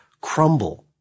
crumble